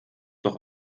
doch